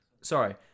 Sorry